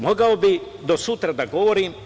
Mogao bih do sutra da govorim.